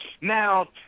Now